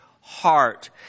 heart